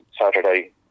Saturday